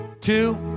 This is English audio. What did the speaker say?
two